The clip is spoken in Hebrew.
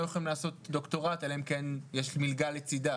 יכולים לעשות דוקטורט אלא אם כן יש מלגה לצידה,